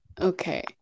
Okay